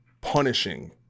punishing